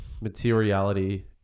materiality